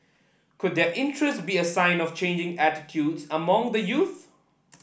could their interest be a sign of changing attitudes among the youth